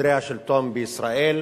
בסדרי השלטון בישראל,